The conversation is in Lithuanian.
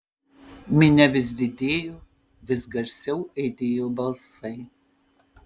minia vis didėjo vis garsiau aidėjo balsai